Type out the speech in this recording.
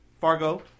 Fargo